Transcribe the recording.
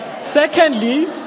Secondly